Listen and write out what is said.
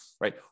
Right